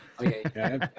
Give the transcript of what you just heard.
Okay